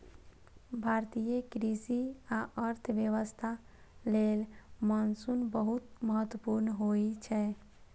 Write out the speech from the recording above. भारतीय कृषि आ अर्थव्यवस्था लेल मानसून बहुत महत्वपूर्ण होइ छै